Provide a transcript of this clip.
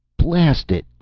blast it!